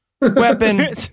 weapon